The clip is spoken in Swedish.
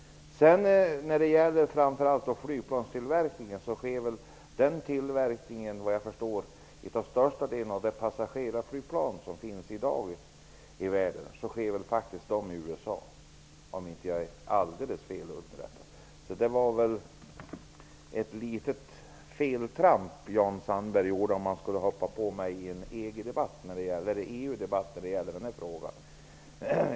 Visst tillverkas största delen av passagerarflygplanen i dag i USA, om jag inte är alldeles felunderrättad. Det var ett litet feltramp av Jan Sandberg att hoppa på mig och göra det här till en EU-debatt.